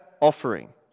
offering